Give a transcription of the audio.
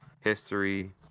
history